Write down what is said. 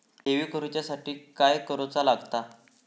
ठेवी करूच्या साठी काय करूचा लागता?